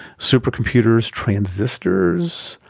supercomputers, transistors,